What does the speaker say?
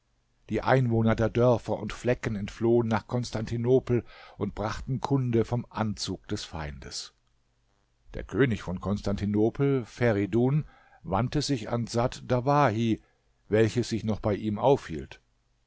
die einwohner der dörfer und flecken entflohen nach konstantinopel und brachten kunde vom anzug des feindes der könig von konstantinopel feridun wandte sich an dsat dawahi welche sich noch bei ihm aufhielt